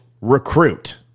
recruit